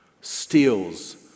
steals